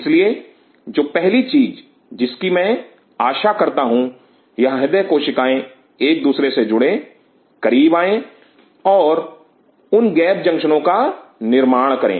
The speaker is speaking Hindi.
इसलिए जो पहली चीज जिसकी मैं आशा करता हूं यह हृदय कोशिकाएं एक दूसरे से जुड़े करीब आए और उन गैप जंक्शनो का निर्माण करें